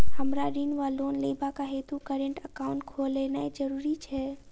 हमरा ऋण वा लोन लेबाक हेतु करेन्ट एकाउंट खोलेनैय जरूरी छै?